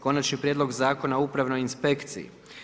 Konačni prijedlog Zakona o upravnoj inspekciji.